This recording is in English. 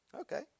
Okay